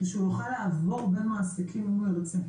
זה שהוא יוכל לעבור בין מעסקים אם הוא ירצה.